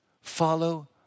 Follow